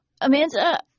Amanda